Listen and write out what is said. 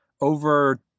over